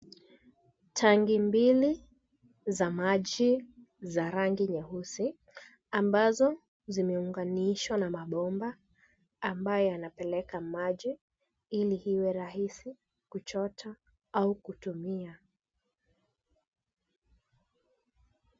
Tanki mbili za maji za rangi nyeusi ambazo zimeunganishwa na mabomba ambayo yanapeleka maji ili iwe rahisi kuchota au kutumia.